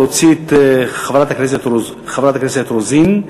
מלבד חברת הכנסת רוזין,